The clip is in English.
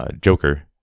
Joker